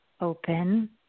open